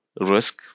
risk